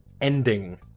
ending